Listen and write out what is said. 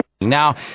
Now